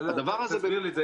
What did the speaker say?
תסביר לי.